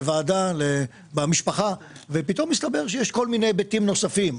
לוועדה ואז פתאום מסתבר שיש כל מיני היבטים נוספים.